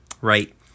Right